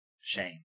Shame